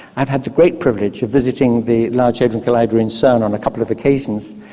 i've had the great privilege of visiting the large hadron collider in cern on a couple of occasions,